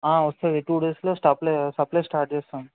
వస్తుంది టూ డేస్లో స్టప్లై సప్లై స్టార్ట్ చేస్తాం